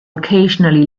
occasionally